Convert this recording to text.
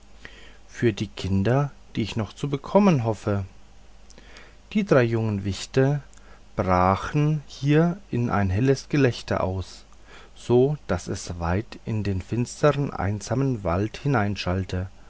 für die kinder die ich noch zu bekommen hoffe die drei jungen wichte brachen hier in ein helles gelächter aus so daß es weit in den finstern einsamen wald